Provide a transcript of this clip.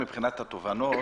לגבי התובנות,